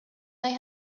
they